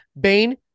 Bane